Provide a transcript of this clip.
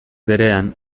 berean